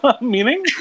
Meaning